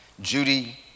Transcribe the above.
Judy